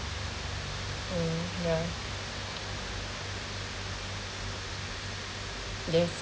mm yeah yes